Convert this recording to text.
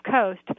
Coast